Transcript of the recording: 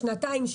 שנתיים,